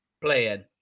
Playing